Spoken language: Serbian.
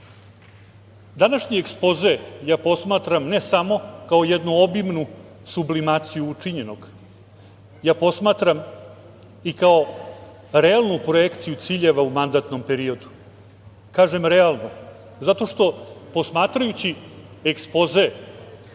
pustoš. Današnji ekspoze posmatram ne samo kao jednu obimnu sublimaciju učinjenog, posmatram i kao realnu projekciju ciljeva u mandatnom periodu. Kažem realnu zato što posmatrajući ekspoze